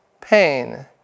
pain